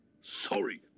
sorry